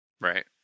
Right